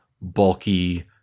bulky